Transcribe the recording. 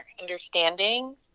understanding